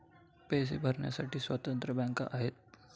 पैसे भरण्यासाठी स्वतंत्र बँका आहेत